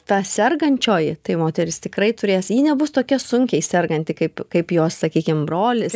ta sergančioji tai moteris tikrai turės ji nebus tokia sunkiai serganti kaip kaip jos sakykim brolis